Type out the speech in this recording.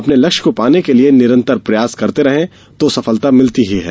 अपने लक्ष्य को पाने के लिए निरंतर प्रयास करते रहें तो सफलता मिलती ही है